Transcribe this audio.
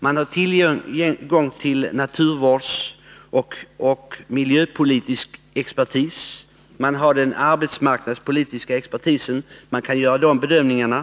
Man har tillgång till naturvårdsoch miljövårdspolitisk expertis och den arbetsmarknadspolitiska expertis som man behöver för att kunna göra bedömningarna.